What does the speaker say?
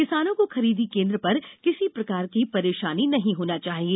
किसानों को खरीदी केन्द्र पर किसी प्रकार की परेशानी नही होना चाहिए